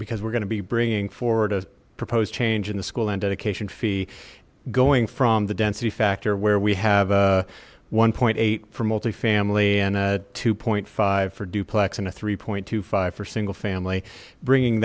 because we're going to be bringing forward a proposed change in the school and education fee going from the density factor where we have one point eight for multi family and two point five for duplex in a three point two five for single family bringing